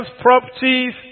properties